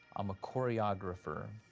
i'm a choreographer.